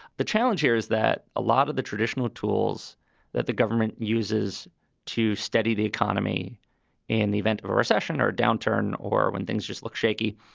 the challenge here is that a lot of the traditional tools that the government uses to steady the economy in the event of a recession or downturn or when things just look shaky,